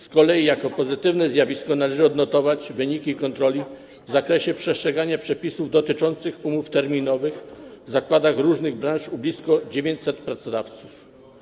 Z kolei jako pozytywne zjawisko należy odnotować wyniki kontroli w zakresie przestrzegania przepisów dotyczących umów terminowych w zakładach różnych branż u blisko 900 pracodawców.